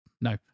No